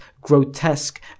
grotesque